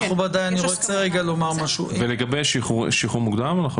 לגבי שחרור מוקדם?